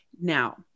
now